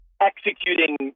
executing